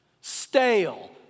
stale